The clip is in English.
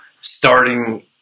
starting